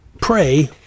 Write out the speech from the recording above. pray